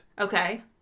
Okay